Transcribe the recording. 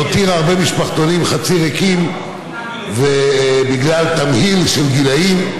שהותירה הרבה משפחתונים חצי ריקים בגלל תמהיל של גילים.